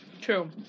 True